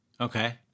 okay